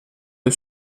del